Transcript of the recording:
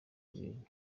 ibintu